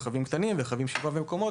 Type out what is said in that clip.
רכבים קטנים ורכבים של שבעה מקומות